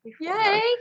Yay